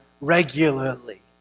regularly